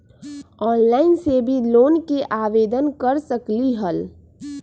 Online से भी loan के आवेदन कर सकलीहल?